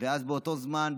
אז, באותו זמן,